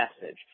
message